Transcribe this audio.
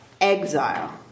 Exile